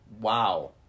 Wow